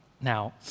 Now